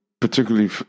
particularly